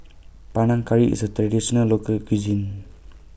Panang Curry IS A Traditional Local Cuisine